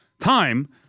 time